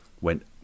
went